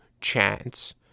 chance